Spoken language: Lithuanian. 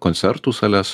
koncertų sales